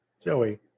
Joey